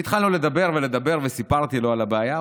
והתחלנו לדבר ולדבר וסיפרתי לו על הבעיה,